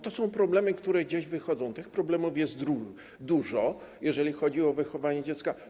To są problemy, które gdzieś wychodzą, tych problemów jest dużo, jeżeli chodzi o wychowanie dziecka.